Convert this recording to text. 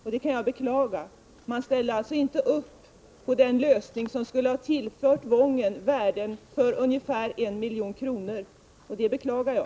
Centerpartiet ställde sig alltså inte bakom den lösning som skulle ha tillfört Wången värden för ungefär 1 milj.kr., och det beklagar jag.